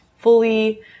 fully